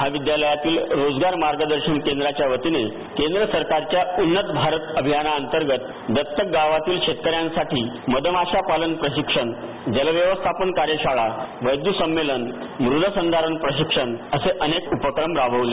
महाविद्यालयातील रोजगार मार्गदर्शन केंद्राच्या वतीने केंद्र सरकारच्या उन्नत भारत अभियानातर्गत दत्तक गावातील शेतक यांसाठी मधमाशा पालन प्रशिक्षण जलव्यवस्थापन कार्यशाळा वैद् समेलन मुदसधारण प्रशिक्षण असे अनेक उपक्रम राबवले